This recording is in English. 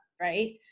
right